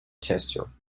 texture